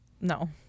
No